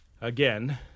Again